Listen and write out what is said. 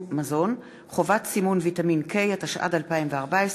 התשע"ד 2014,